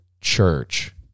church